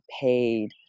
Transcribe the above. paid